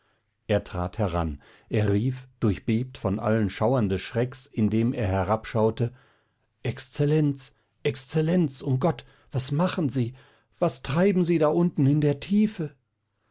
er trat heran er rief durchbebt von allen schauern des schrecks indem er herabschaute exzellenz exzellenz um gott was machen sie was treiben sie da unten in der tiefe